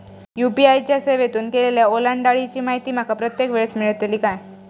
UPI च्या सेवेतून केलेल्या ओलांडाळीची माहिती माका प्रत्येक वेळेस मेलतळी काय?